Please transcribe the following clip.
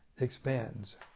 expands